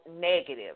negative